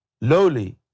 lowly